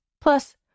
Plus